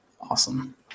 Awesome